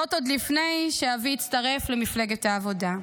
עוד לפני שאבי הצטרף למפלגת העבודה.